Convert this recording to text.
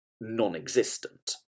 non-existent